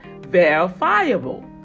verifiable